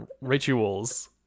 rituals